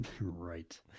right